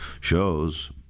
shows